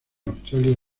australia